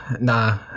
nah